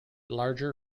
larger